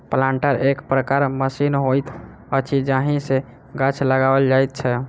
planter एक प्रकारक machine होइत अछि जाहि सॅ गाछ लगाओल जाइत छै